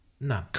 no